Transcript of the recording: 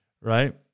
right